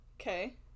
Okay